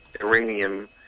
uranium